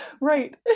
right